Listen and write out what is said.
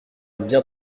bien